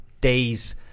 days